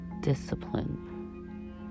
discipline